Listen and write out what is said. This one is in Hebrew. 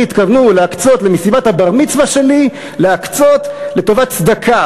התכוונו להקצות למסיבת הבר-מצווה שלי להקצות לצדקה,